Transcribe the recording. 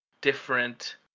different